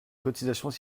cotisations